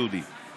דודי,